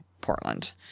Portland